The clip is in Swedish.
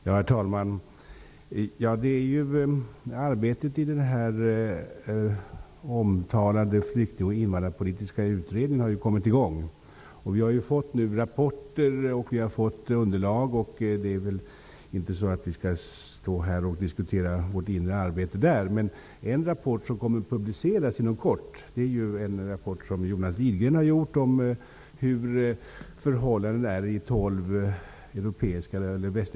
Herr talman! Arbetet i den omtalade flykting och invandrarpolitiska utredningen har ju kommit i gång. Vi har fått olika rapporter och underlag. Vi skall inte stå här och diskutera vårt inre arbete där, men en rapport som kommer att publiceras inom kort är en rapport som Jonas Widgren har gjort. Den handlar om förhållandena i tolv västerländska länder.